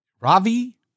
Ravi